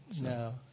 No